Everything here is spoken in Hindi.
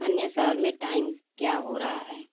अन्य शहर में टाइम क्या हो रहा है